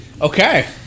Okay